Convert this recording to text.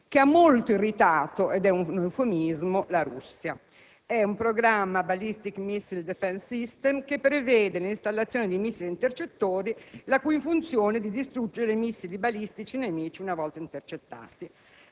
che ha molto irritato - ed è un eufemismo - la Russia. Si tratta del programma *Ballistic* *Missile* *Defense* *System*, che prevede l'installazione di missili intercettori la cui funzione è di distruggere missili balistici nemici una volta intercettati.